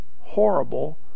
horrible